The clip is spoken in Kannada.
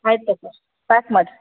ಆಯ್ತು ತಕೋರಿ ಪ್ಯಾಕ್ ಮಾಡಿರಿ